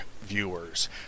viewers